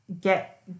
get